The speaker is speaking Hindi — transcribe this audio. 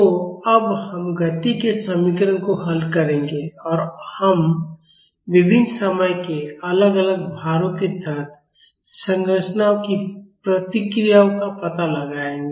तो अब हम गति के समीकरण को हल करेंगे और हम विभिन्न समय के अलग अलग भारों के तहत संरचनाओं की प्रतिक्रियाओं का पता लगाएंगे